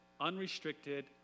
unrestricted